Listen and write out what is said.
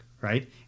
right